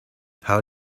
how